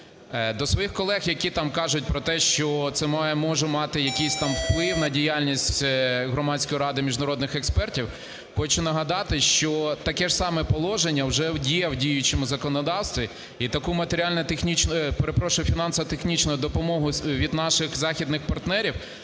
До своїх колег, які там кажуть про те, що це може мати якийсь там вплив на діяльність Громадської ради міжнародних експертів, хочу нагадати, що таке ж саме положення вже є в діючому законодавстві. І таку матеріально-технічну, перепрошую, фінансово-технічну допомогу від наших західних партнерів